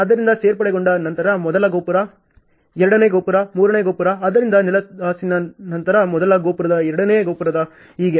ಆದ್ದರಿಂದ ಸೇರ್ಪಡೆಗೊಂಡ ನಂತರ ಮೊದಲ ಗೋಪುರ ಎರಡನೇ ಗೋಪುರ ಮೂರನೇ ಗೋಪುರ ಆದ್ದರಿಂದ ನೆಲಹಾಸಿನ ನಂತರ ಮೊದಲ ಗೋಪುರದ ಎರಡನೇ ಗೋಪುರ ಹೀಗೆ